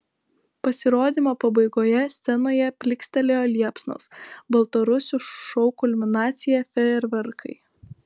pasirodymo pabaigoje scenoje plykstelėjo liepsnos baltarusių šou kulminacija fejerverkai